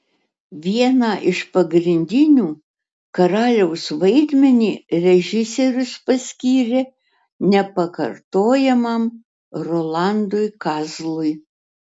vieną iš pagrindinių karaliaus vaidmenį režisierius paskyrė nepakartojamam rolandui kazlui